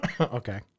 Okay